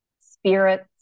spirits